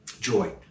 joy